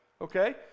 Okay